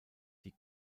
die